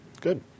Good